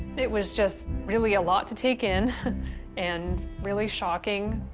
it was just really a lot to take in and really shocking.